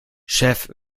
chef